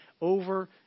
over